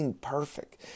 perfect